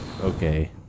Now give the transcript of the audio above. Okay